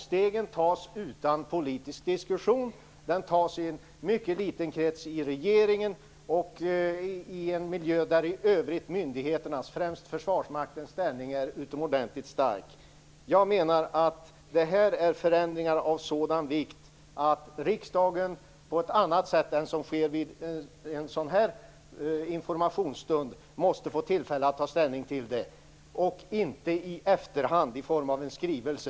Stegen tas utan politisk diskussion i en mycket liten krets i regeringen och i en miljö där i övrigt myndigheternas, främst Försvarsmaktens, ställning är utomordentligt stark. Jag menar att det här gäller förändringar av sådan vikt att riksdagen på ett annat sätt än vad som sker vid en sådan här informationsstund måste få tillfälle att ta ställning, inte i efterhand till en skrivelse.